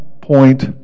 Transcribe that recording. point